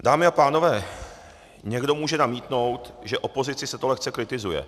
Dámy a pánové, někdo může namítnout, že opozici se to lehce kritizuje.